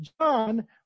John